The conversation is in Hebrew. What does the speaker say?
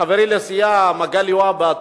חברי לסיעה חבר הכנסת מגלי והבה,